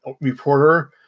reporter